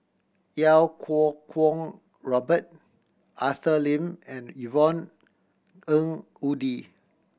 Iau Kuo Kwong Robert Arthur Lim and Yvonne Ng Uhde